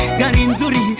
garinzuri